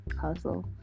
hustle